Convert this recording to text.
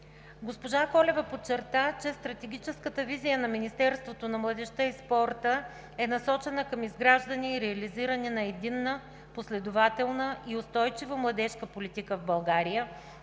Госпожа Колева подчерта, че стратегическата визия на Министерството на младежта и спорта е насочена към изграждане и реализиране на единна, последователна и устойчива младежка политика в България,